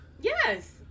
Yes